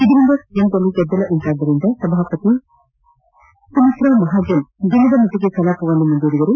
ಇದರಿಂದ ಸದನದಲ್ಲಿ ಗದ್ದಲ ಉಂಟಾದ್ದರಿಂದ ಸಭಾಪತಿ ಸುಮಿತ್ರ ಮಹಾಜನ್ ದಿನದ ಮಟ್ಟಗೆ ಕಲಾಪವನ್ನು ಮುಂದೂಡಿದರು